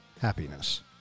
happiness